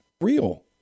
real